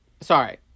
sorry